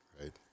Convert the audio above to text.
right